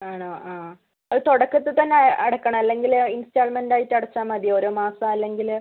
ആണോ ആ അത് തുടക്കത്തിൽ തന്നെ അടക്കണോ അല്ലെങ്കിൽ ഇൻസ്റ്റാൾമെൻ്റായിട്ട് അടച്ചാൽ മതിയോ ഓരോ മാസം അല്ലെങ്കിൽ